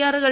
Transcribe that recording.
ആറുകൾ